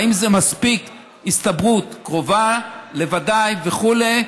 האם זה מספיק הסתברות קרובה לוודאי וכו',